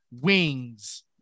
wings